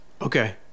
Okay